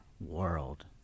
world